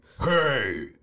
Hey